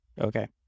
Okay